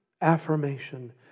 affirmation